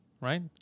right